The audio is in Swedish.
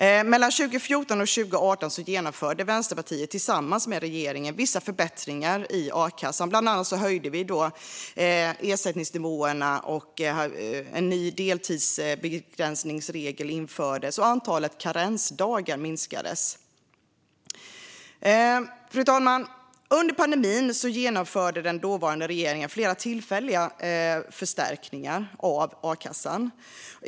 Åren 2014-2018 genomförde Vänsterpartiet tillsammans med regeringen vissa förbättringar i a-kassan. Bland annat höjde vi ersättningsnivåerna, en ny deltidsbegränsningsregel infördes och antalet karensdagar minskades. Fru talman! Under pandemin genomförde den dåvarande regeringen flera tillfälliga förstärkningar av a-kassan.